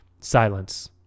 Silence